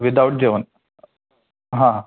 without जेवण हां